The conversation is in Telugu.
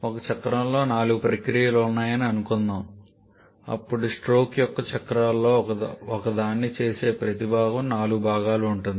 ఒక చక్రంలో నాలుగు ప్రక్రియలు ఉన్నాయని అనుకుందాం అప్పుడు స్ట్రోక్ యొక్క చక్రాలలో ఒకదాన్ని చేసే ప్రతి భాగం నాలుగు భాగాలు ఉంటుంది